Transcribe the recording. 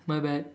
my bad